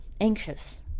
anxious